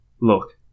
Look